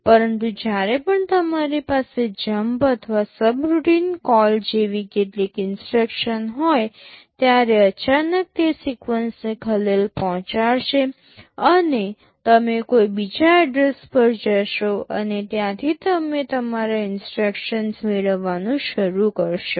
પરંતુ જ્યારે પણ તમારી પાસે જંપ અથવા સબરૂટીન કોલ જેવી કેટલીક ઇન્સટ્રક્શન્સ હોય ત્યારે અચાનક તે સિક્વન્સને ખલેલ પહોંચાડશે અને તમે કોઈ બીજા એડ્રેસ પર જશો અને ત્યાંથી તમે તમારા ઇન્સટ્રક્શન્સ મેળવવાનું શરૂ કરશો